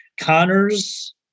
Connors